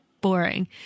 boring